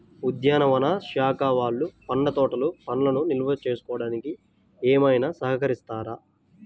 ఉద్యానవన శాఖ వాళ్ళు పండ్ల తోటలు పండ్లను నిల్వ చేసుకోవడానికి ఏమైనా సహకరిస్తారా?